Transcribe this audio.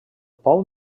pou